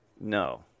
No